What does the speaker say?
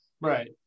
right